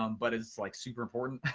um but it's like super important